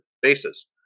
bases